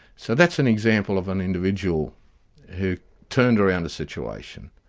so that's an example of an individual who turned around the situation,